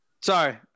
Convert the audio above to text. Sorry